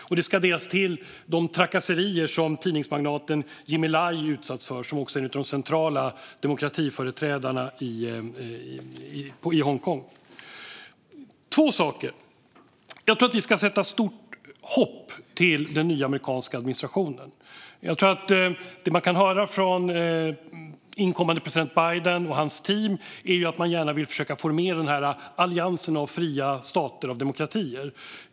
Till detta ska läggas de trakasserier som tidningsmagnaten Jimmy Lai utsatts för, som är en av de centrala demokratiföreträdarna i Hongkong. Låt mig ta upp två saker. Jag tror att vi ska sätta stort hopp till den nya amerikanska administrationen. Det man kan höra från inkommande president Biden och hans team är att man gärna vill formera alliansen av fria stater och demokratier.